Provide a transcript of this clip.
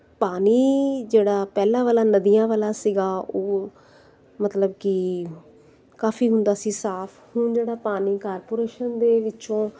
ਪਾਣੀ ਜਿਹੜਾ ਪਹਿਲਾਂ ਵਾਲਾ ਨਦੀਆਂ ਵਾਲਾ ਸੀਗਾ ਉਹ ਮਤਲਬ ਕਿ ਕਾਫੀ ਹੁੰਦਾ ਸੀ ਸਾਫ ਹੁਣ ਜਿਹੜਾ ਪਾਣੀ ਕਾਰਪੋਰੇਸ਼ਨ ਦੇ ਵਿੱਚੋਂ